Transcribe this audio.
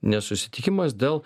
nesusitikimas dėl